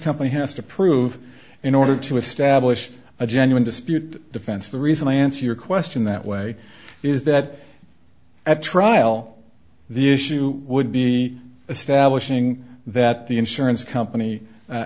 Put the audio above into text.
company has to prove in order to establish a genuine dispute defense the reason i answer your question that way is that at trial the issue would be establishing that the insurance company